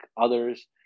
others